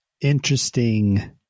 interesting